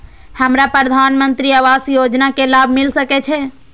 हमरा प्रधानमंत्री आवास योजना के लाभ मिल सके छे?